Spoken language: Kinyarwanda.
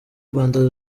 rwanda